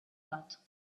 that